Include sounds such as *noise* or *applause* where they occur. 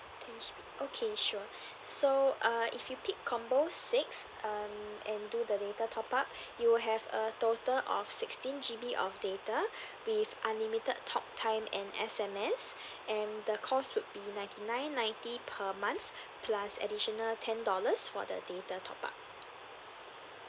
ten G_B okay sure so err if you pick combo six um and do the data top up you'll have a total of sixteen G_B of data *breath* with unlimited talk time and S_M_S and the cost would be ninety nine ninety per month plus additional ten dollars for the data top up